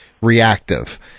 reactive